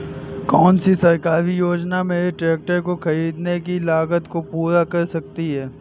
कौन सी सरकारी योजना मेरे ट्रैक्टर को ख़रीदने की लागत को पूरा कर सकती है?